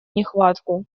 нехватку